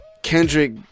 Kendrick